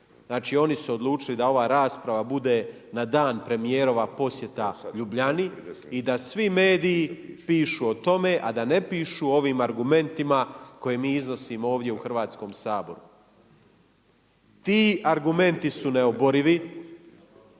Znači, oni su odlučili da ova rasprava bude na dan premijerova posjeta Ljubljani i da svi mediji pišu o tome, a da ne pišu o ovim argumentima koje mi iznosimo ovdje u Hrvatskom saboru. Ti argumenti su neoborivi.